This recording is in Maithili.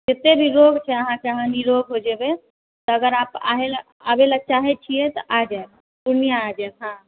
जते भी रोग छै अहाँके अहाँ निरोग हो जेबै अगर आप आबै लऽ चाहै छियै तऽ आ जाएब पूर्णिया आ जाएब हँ